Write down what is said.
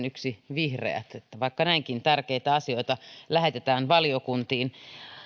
yksi vihreä vaikka näinkin tärkeitä asioita lähetetään valiokuntiin